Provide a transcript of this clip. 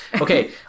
Okay